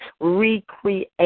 recreate